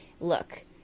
look